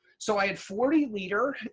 so i had forty leader,